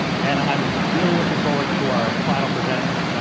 and i'm really looking forward to our final presenters.